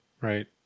right